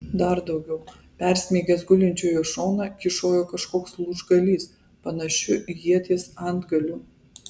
dar daugiau persmeigęs gulinčiojo šoną kyšojo kažkoks lūžgalys panašiu į ieties antgaliu